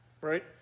Right